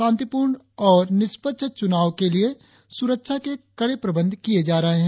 शांतिपूर्ण और निष्पक्ष चुनाव के लिए सुरक्षा के कड़े प्रबंध किये जा रहे हैं